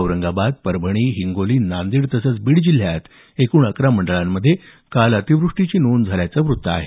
औरंगाबाद परभणी हिंगोली नांदेड तसंच बीड जिल्ह्यातल्या एकूण अकरा मंडळांमध्ये काल अतिवृष्टीची नोंद झाल्याचं वृत्त आहे